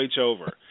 over